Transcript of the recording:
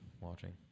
watching